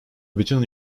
bütün